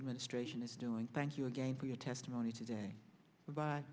administration is doing thank you again for your testimony today b